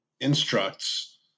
instructs